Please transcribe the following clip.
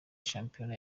shampiyona